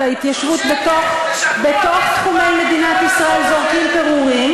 ולהתיישבות בתוך תחומי מדינת ישראל זורקים פירורים.